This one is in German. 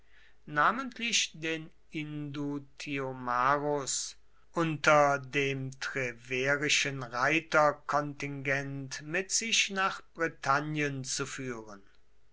namentlich den indutiomarus unter dem treverischen reiterkontingent mit sich nach britannien zu führen